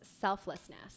selflessness